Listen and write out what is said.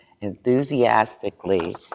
enthusiastically